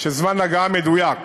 זמן ההגעה המדויק